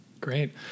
Great